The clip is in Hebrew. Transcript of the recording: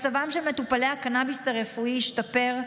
מצבם של מטופלי הקנביס הרפואי השתפר,